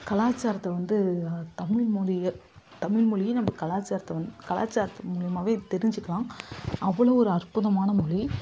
கலாச்சாரத்தை வந்து தமிழ் மொழி தமிழ் மொழி நம்ம கலாச்சாரத்தை வந் கலாச்சாரத்து மூலயமாவே தெரிஞ்சுக்கலாம் அவ்வளோ ஒரு அற்புதமான மொழி